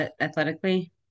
athletically